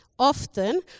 Often